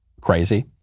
crazy